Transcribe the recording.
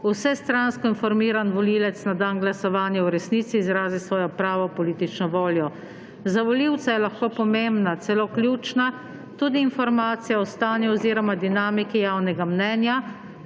vsestransko informiran volivec na dan glasovanje v resnici izrazi svojo pravo politično voljo. Za volivca je lahko pomembna, celo ključna tudi informacija o stanju oziroma dinamiki javnega mnenja,